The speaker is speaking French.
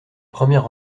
première